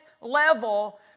level